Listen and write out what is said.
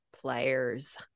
players